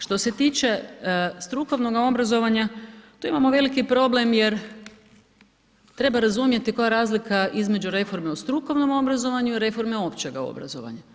Što se tiče strukovnog obrazovanja, tu imamo veliki problem jer treba razumjeti koja je razlika između reforme o strukovnom obrazovanju i reforme općega obrazovanja.